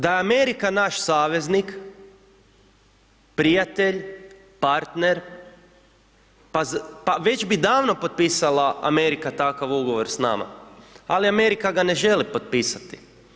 Da je Amerika naš saveznik, prijatelj, partner, pa već bi davno potpisala Amerika takav Ugovor s nama, ali Amerika ga ne želi potpisati.